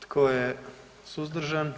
Tko je suzdržan?